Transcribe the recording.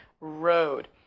road